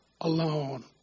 alone